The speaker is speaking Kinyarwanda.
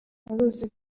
ruzi